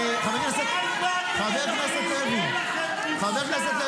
והייחודי הקיים בחוק ההולם את אירועי המלחמה.